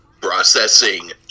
Processing